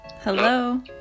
Hello